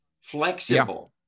flexible